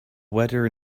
weather